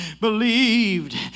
believed